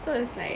so it's like